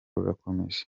rurakomeje